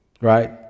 Right